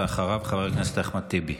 אחריו, חבר הכנסת אחמד טיבי.